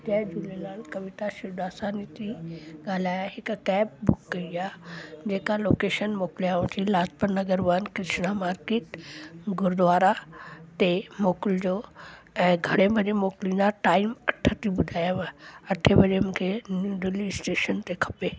जय झूलेलाल कविता शिवदासानी थी ॻाल्हायां हिकु कैब बुक कई आहे जेका लोकेशन मोकिलियाव थी लाजपत नगर वन कृष्णा मार्केट गुरुद्वारा टे मोकिलिजो ऐं घणे वजे मोकिलिंदा टाइम अठ थी ॿुधायाव अठे वजे मूंखे न्यू दिल्ली स्टेशन ते खपे